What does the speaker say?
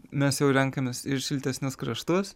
mes jau renkamės ir šiltesnius kraštus